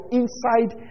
inside